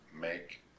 make